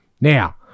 Now